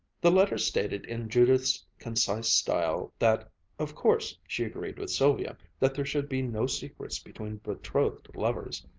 the letter stated in judith's concise style that of course she agreed with sylvia that there should be no secrets between betrothed lovers,